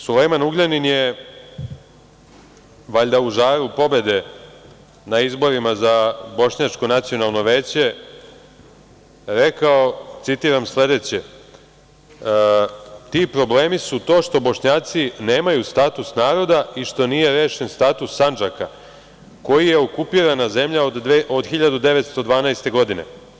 Sulejman Ugljanin je, valjda u žaru pobede na izborima za Bošnjačko nacionalno veće, rekao, citiram sledeće: „Ti problemi su to što Bošnjaci nemaju status naroda i što nije rešen status Sandžaka, koji je okupirana zemlja od 1912. godine.